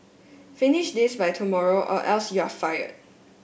finish this by tomorrow or else you are fired